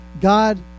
God